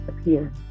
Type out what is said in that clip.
appear